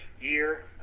year